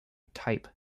type